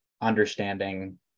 understanding